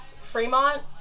Fremont